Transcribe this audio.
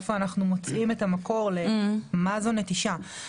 איפה אנחנו מוצאים את המקור למה זו נטישה.